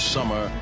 Summer